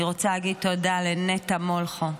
אני רוצה להגיד תודה לנטע מולכו,